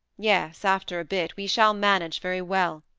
yes after a bit, we shall manage very well.